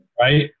Right